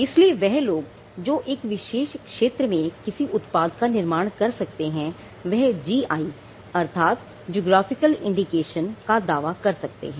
इसलिए वह लोग जो एक विशेष क्षेत्र में किसी उत्पाद का निर्माण कर सकते हैं वह जी आई अर्थात ज्योग्राफिकल इंडिकेशन का दावा कर सकते हैं